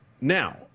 Now